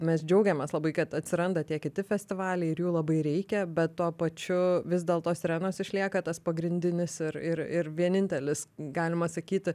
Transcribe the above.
mes džiaugiamės labai kad atsiranda tie kiti festivaliai ir jų labai reikia bet tuo pačiu vis dėlto sirenos išlieka tas pagrindinis ir ir ir vienintelis galima sakyti